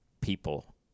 people